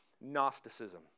Gnosticism